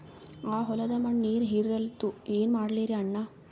ಆ ಹೊಲದ ಮಣ್ಣ ನೀರ್ ಹೀರಲ್ತು, ಏನ ಮಾಡಲಿರಿ ಅಣ್ಣಾ?